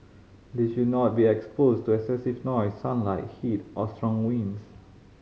they should not be exposed to excessive noise sunlight heat or strong wind